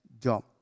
job